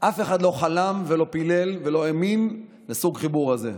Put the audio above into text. אף אחד לא חלם ולא פילל ולא האמין בסוג החיבור הזה,